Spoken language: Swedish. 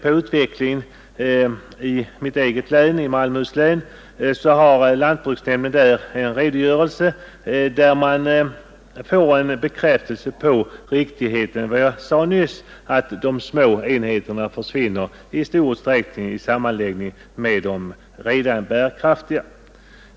Lantbruksnämnden i Malmöhus län, mitt eget län, har lämnat en redogörelse för utvecklingen. Den ger bekräftelse på riktigheten av vad jag har sagt, att de små enheterna i stor utsträckning försvinner i sammanläggning med redan bärkraftiga.